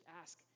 ask